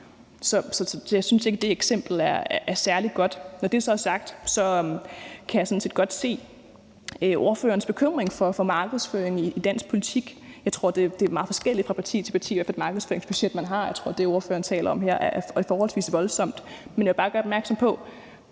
Så jeg synes ikke, at det eksempel er særlig godt. Når det så er sagt, kan jeg sådan set godt se ordførerens bekymring for markedsføring i dansk politik. Jeg tror, at det er meget forskelligt fra parti til parti, hvad for et markedsføringsbudget man har, og jeg tror, at det, ordføreren taler om her, er forholdsvis voldsomt. Men jeg vil bare gøre opmærksom på,